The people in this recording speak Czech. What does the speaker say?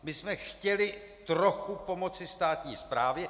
My jsme chtěli trochu pomoci státní správě.